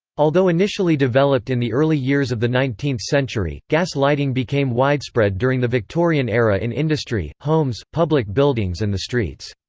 although initially developed in the early years of the nineteenth century, gas lighting became widespread during the victorian era in industry, homes, public buildings and the streets.